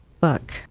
book